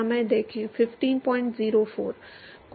कुछ अनुमान बदल जाते हैं